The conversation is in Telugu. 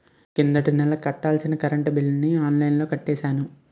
కిందటి నెల కట్టాల్సిన కరెంట్ బిల్లుని ఆన్లైన్లో కట్టేశాను